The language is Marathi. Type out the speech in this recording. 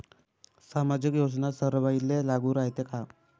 सामाजिक योजना सर्वाईले लागू रायते काय?